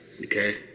Okay